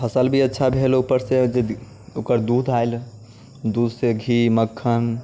फसल भी अच्छा भेल उपरसँ जे ओकर दूध आयल दूधसँ घी मक्खन